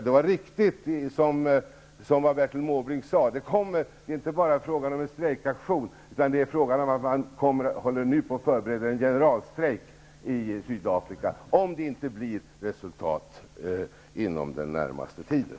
Det är riktigt som Bertil Måbrink sade, det är inte bara fråga om en strejkaktion utan man håller nu på att förbereda en generalstrejk i Sydafrika om det inte blir resultat inom den närmaste tiden.